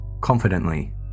Confidently